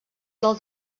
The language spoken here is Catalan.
del